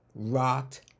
Rocked